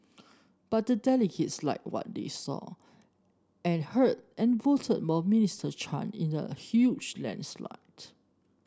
but the delegates liked what they saw and heard and voted more Minister Chan in a huge landslide